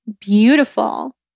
beautiful